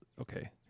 Okay